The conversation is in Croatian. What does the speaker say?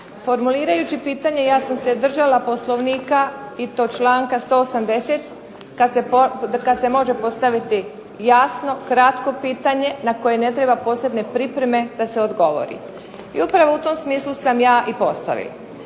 Formulirajući pitanje ja sam se držala Poslovnika i to članka 180. kada se može postaviti jasno, kratko pitanje na koje na koje ne trebaju posebne pripreme da se odgovori. I upravo u tom smislu sam ja i postavila.